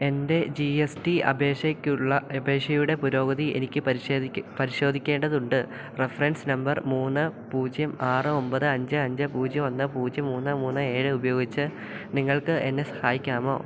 എൻ്റെ G S T അപേക്ഷക്കുള്ള അപേക്ഷയുടെ പുരോഗതി എനിക്ക് പരിശേധിക്കേ പരിശോധിക്കേണ്ടതുണ്ട് റഫറൻസ് നമ്പർ മൂന്ന് പൂജ്യം ആറ് ഒൻപത് അഞ്ച് അഞ്ച് പൂജ്യം ഒന്ന് പൂജ്യം മൂന്ന് മൂന്ന് ഏഴ് ഉപയോഗിച്ച് നിങ്ങൾക്ക് എന്നെ സഹായിക്കാമോ